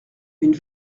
une